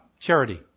charity